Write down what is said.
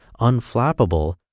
unflappable